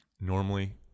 normally